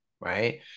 right